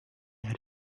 had